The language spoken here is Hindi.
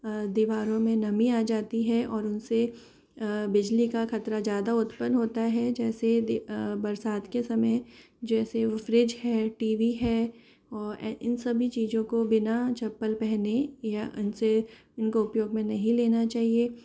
दीवारों में नमी आ जाती है और उनसे बिजली का ख़तरा ज़्यादा उत्पन होता है जैसे बरसात के समय जैसे वह फ्रिज है टी वी हैं और इन सभी चीज़ों को बिना चप्पल पहने या इनसे इनको उपयोग में नहीं लेना चाहिए